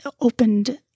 opened